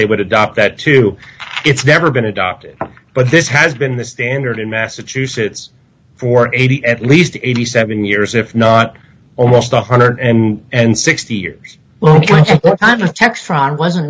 they would adopt that to it's never been adopted but this has been the standard in massachusetts for eighty at least eighty seven years if not almost one hundred and sixty years